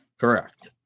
Correct